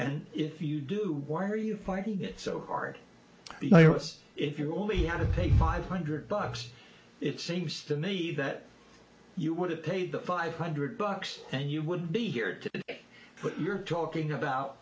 and if you do why are you fighting it so hard if you're only out of a five hundred bucks it seems to me that you would have paid the five hundred bucks and you would be here today but you're talking about